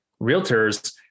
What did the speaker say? realtors